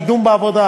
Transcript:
קידום בעבודה,